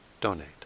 donate